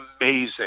amazing